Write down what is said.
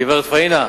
גברת פאינה,